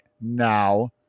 now